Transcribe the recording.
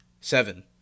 Seven